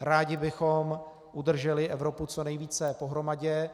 Rádi bychom udrželi Evropu co nejvíce pohromadě.